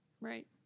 right